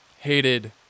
hated